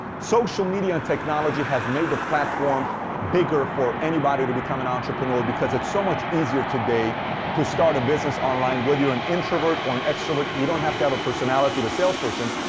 social media and technology has made the platform bigger for anybody to become an entrepreneur because it's so much easier today to start a business online, whether you're an introvert or extrovert, you don't have to have a personality of a salesperson.